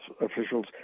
officials